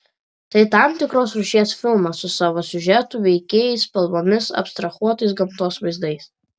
tai tam tikros rūšies filmas su savo siužetu veikėjais spalvomis abstrahuotais gamtos vaizdais